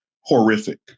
horrific